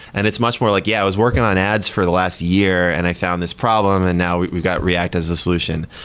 and it's much more like yeah, i was working on ads for the last year and i found this problem and now we've got react as the solution.